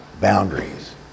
boundaries